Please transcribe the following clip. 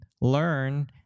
learn